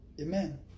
Amen